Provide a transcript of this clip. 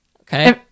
Okay